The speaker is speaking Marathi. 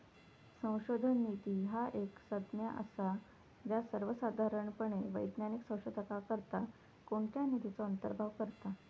संशोधन निधी ह्या एक संज्ञा असा ज्या सर्वोसाधारणपणे वैज्ञानिक संशोधनाकरता कोणत्याही निधीचो अंतर्भाव करता